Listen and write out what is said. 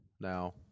now